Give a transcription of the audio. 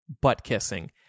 butt-kissing